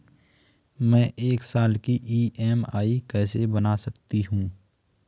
मैं एक साल की ई.एम.आई कैसे बना सकती हूँ?